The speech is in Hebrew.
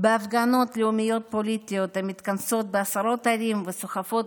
בהפגנות לאומיות פוליטיות המתכנסות בעשרות ערים וסוחפות